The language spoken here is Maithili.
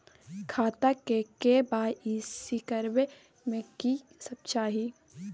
खाता के के.वाई.सी करबै में की सब चाही?